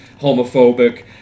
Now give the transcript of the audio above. homophobic